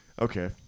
Okay